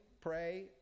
pray